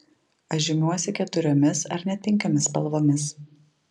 aš žymiuosi keturiomis ar net penkiomis spalvomis